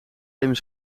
even